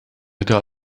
got